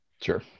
Sure